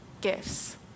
gifts